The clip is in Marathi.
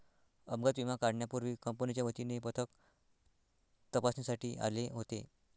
अपघात विमा काढण्यापूर्वी कंपनीच्या वतीने पथक तपासणीसाठी आले होते